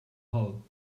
hull